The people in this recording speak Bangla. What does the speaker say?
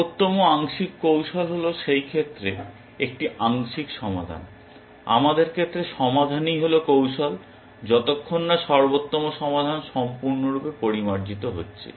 সর্বোত্তম আংশিক কৌশল হল সেই ক্ষেত্রে একটি আংশিক সমাধান আমাদের ক্ষেত্রে সমাধানই হল কৌশল যতক্ষণ না সর্বোত্তম সমাধান সম্পূর্ণরূপে পরিমার্জিত হচ্ছে